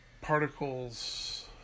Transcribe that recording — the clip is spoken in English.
particles